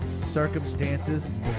circumstances